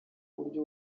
uburyo